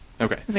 Okay